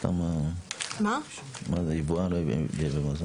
מה זה, יבואן או מייבא מזון?